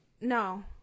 No